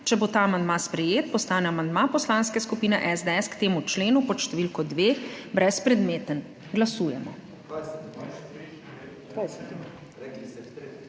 Če bo ta amandma sprejet, postane amandma Poslanske skupine SDS k temu členu pod številko 2 brezpredmeten. Glasujemo.